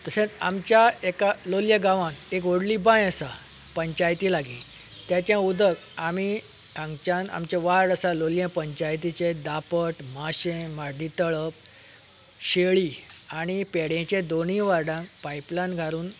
तशेंच आमच्या एका लोलये गांवांत एक व्हडली बांय आसा पंचायती लागी तेचें उदक आमी हांगच्यान आमचें वार्ड आसा लोलये पंचायतीचे दापट माशें माड्डीतलप शेली आनी पेडेच्या दोनूय वार्डाक पायपलायन घालून